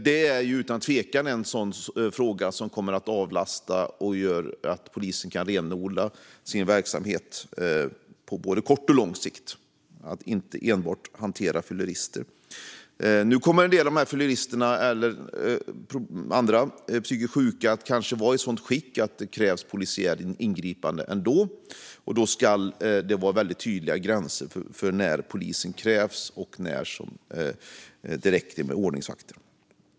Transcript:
Det är utan tvivel en sådan fråga som kommer att avlasta och göra att polisen kan renodla sin verksamhet på både kort och lång sikt. Nu kommer en del av fylleristerna eller andra psykiskt sjuka kanske att vara i ett sådant skick att det krävs polisiärt ingripande ändå. Då ska det vara tydliga gränser för när det krävs poliser och när de kan hanteras direkt med hjälp av ordningsvakter.